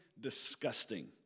disgusting